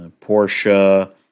Porsche